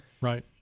Right